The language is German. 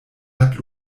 hat